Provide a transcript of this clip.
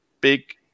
big